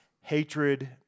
Hatred